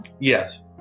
yes